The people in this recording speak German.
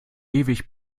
ewig